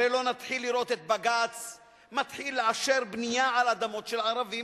הרי לא נתחיל לראות את בג"ץ מתחיל לאשר בנייה על אדמות של ערבים,